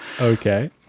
Okay